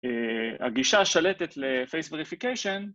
‫הגישה השלטת לפייס ווריפיקיישן.